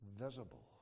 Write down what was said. visible